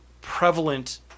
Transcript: prevalent